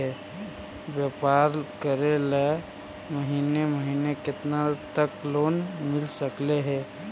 व्यापार करेल महिने महिने केतना तक लोन मिल सकले हे?